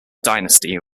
dynasty